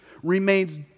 remains